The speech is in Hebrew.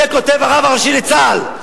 את זה כותב הרב הראשי לצה"ל.